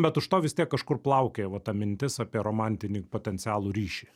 bet už to vis tiek kažkur plaukioja va ta mintis apie romantinį potencialų ryšį